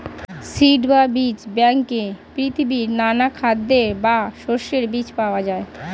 seed বা বীজ ব্যাংকে পৃথিবীর নানা খাদ্যের বা শস্যের বীজ পাওয়া যায়